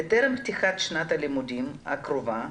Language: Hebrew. בטרם פתיחת שנת הלימודים הקרובה,